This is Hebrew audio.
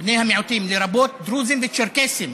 בני המיעוטים, לרבות דרוזים וצ'רקסים.